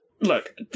Look